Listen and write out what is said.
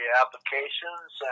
applications